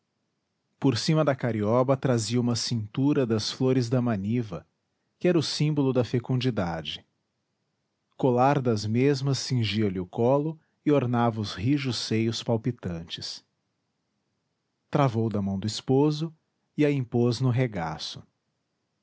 por cima da carioba trazia uma cintura das flores da maniva que era o símbolo da fecundidade colar das mesmas cingia-lhe o colo e ornava os rijos seios palpitantes travou da mão do esposo e a impôs no regaço